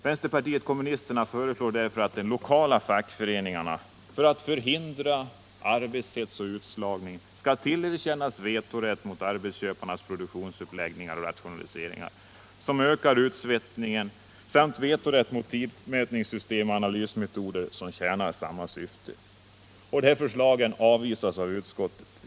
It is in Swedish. Vänsterpartiet kommunisterna föreslår därför att de lokala fackföreningarna för att förhindra utslagning och arbetshets skall tillerkännas vetorätt mot arbetsköparnas produktionsuppläggningar och rationaliseringar som ökar utsvettningen. Vpk föreslår dessutom vetorätt mot tidmätningsoch analysmetoder som tjänar samma syfte. Detta förslag avvisas av utskottet.